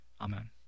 Amen